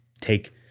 take